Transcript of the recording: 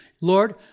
Lord